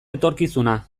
etorkizuna